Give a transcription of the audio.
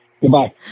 goodbye